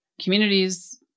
communities